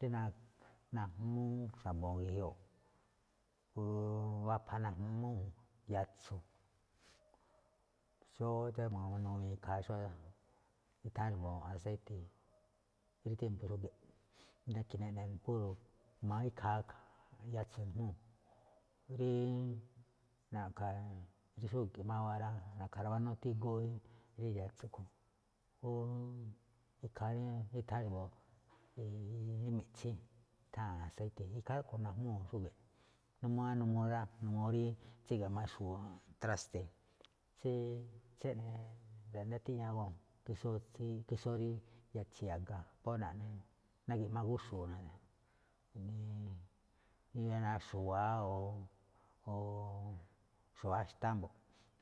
Rí naj- najmúú xa̱bo̱ ge̱jioꞌ, phú wapha najmúu̱ yatso̱, xóó tsíjmaa guéño ikhaa xó itháán xa̱bo̱ aseitte̱, rí tiémpo̱ xúge̱ꞌ, nákhí neꞌne púro̱ jma̱á ikhaa yatso̱ ijmúu̱ rí na̱ꞌkha̱ rí xúge̱ꞌ máwáa rá. Na̱ꞌkha̱ rawaná tígúu rí yatso̱ a̱ꞌkhue̱n. O ikhaa rí ithan xa̱bo̱ rí miꞌtsín rí nutháa̱n aseite̱, ikhaa rúꞌkhue̱n najmúu̱n rí xúge̱ꞌ, n uu rí wáa n uu wáa rá, n uu rí tsígi̱ꞌma xu̱u̱ꞌ tráste̱, xí tséꞌne ndaa tiꞌñá guéño, ke xó rí yatsi̱i̱ a̱ga, phú naꞌne, na̱gi̱ꞌma góonꞌ xu̱u̱ꞌ ne̱, ríga̱ xu̱wa̱á o xu̱wa̱á xtá mbo̱ꞌ,